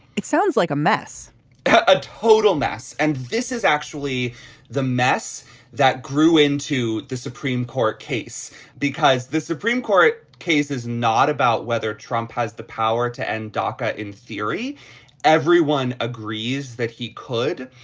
it sounds like a mess a total mess. and this is actually the mess that grew into the supreme court case because the supreme court case is not about whether trump has the power to end daca. in theory everyone agrees that he could.